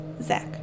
Zach